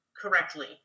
correctly